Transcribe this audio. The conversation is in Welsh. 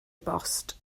bost